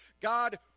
God